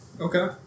Okay